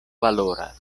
valoras